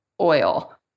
oil